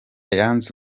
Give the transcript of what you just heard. yanze